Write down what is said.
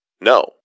no